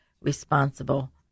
responsible